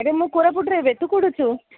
ଆରେ ମୁଁ କୋରାପୁଟରେ ଏବେ ତୁ କେଉଁଠି ଅଛୁ